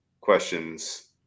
questions